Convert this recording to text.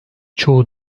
çoğu